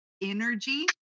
energy